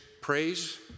praise